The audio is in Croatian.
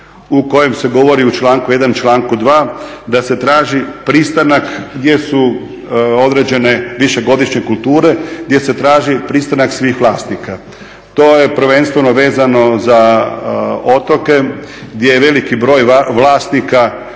u kojem se govori u članku 1., članku 2. da se traži pristanak, gdje su određene višegodišnje kulture, gdje se traži pristanak svih vlasnika. To je prvenstveno vezano za otoke gdje je veliki broj vlasnika